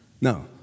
No